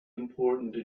important